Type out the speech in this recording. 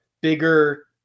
bigger